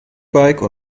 bike